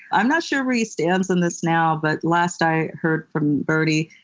i'm not sure where he stands on this now, but last i heard from bernie,